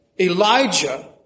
Elijah